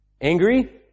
angry